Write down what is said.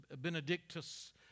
Benedictus